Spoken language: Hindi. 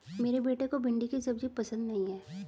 मेरे बेटे को भिंडी की सब्जी पसंद नहीं है